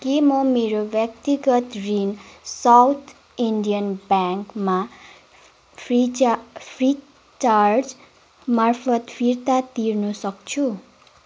के म मेरो व्यक्तिगत ऋण साउथ इन्डियन ब्याङ्कमा फ्रिचा फ्रिचार्ज मार्फत फिर्ता तिर्नुसक्छु